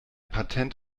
patent